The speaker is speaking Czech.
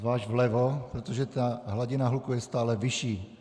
Zvlášť vlevo, protože ta hladina hluku je stále vyšší.